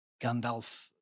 Gandalf